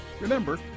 Remember